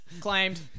Claimed